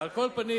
על כל פנים,